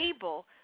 able